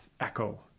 echo